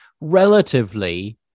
relatively